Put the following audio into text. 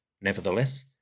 Nevertheless